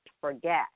forget